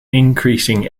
increasing